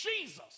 Jesus